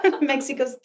Mexico